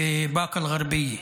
בבאקה אל-גרביה.)